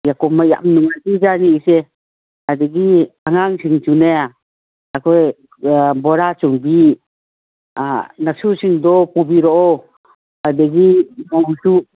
ꯀꯨꯝꯃꯩ ꯌꯥꯝ ꯅꯨꯡꯉꯥꯏꯗꯣꯏꯖꯥꯠꯅꯤ ꯏꯆꯦ ꯑꯗꯒꯤ ꯑꯉꯥꯡꯁꯤꯡꯁꯨꯅꯦ ꯑꯩꯈꯣꯏ ꯕꯣꯔꯥ ꯆꯣꯡꯕꯤ ꯅꯁꯨꯁꯤꯡꯗꯣ ꯄꯨꯕꯤꯔꯛꯑꯣ ꯑꯗꯒꯤ ꯃꯧꯁꯨ